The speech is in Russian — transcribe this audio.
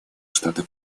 штатов